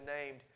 named